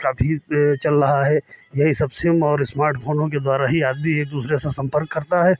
काफ़ी ये चल रहा है यही सब सिम और स्मार्ट फोनों के द्वारा ही आदमी एक दूसरे से संपर्क करता है